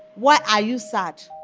why are you sad?